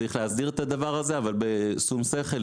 צריך להסדיר את הדבר הזה אבל בשום שכל,